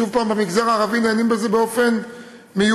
שוב, במגזר הערבי נהנים מזה באופן מיוחד.